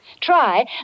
Try